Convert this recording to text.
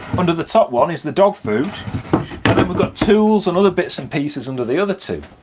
under the top one is the dog food and then we've got tools and other bits and pieces under the other two.